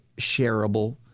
shareable